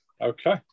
Okay